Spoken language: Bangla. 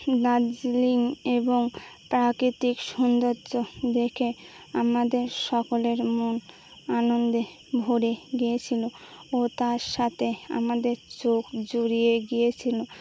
দার্জিলিং এবং প্রাকৃতিক সৌন্দর্য দেখে আমাদের সকলের মন আনন্দে ভরে গিয়েছিলো ও তার সাথে আমাদের চোখ জুড়িয়ে গিয়েছিলো